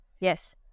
Yes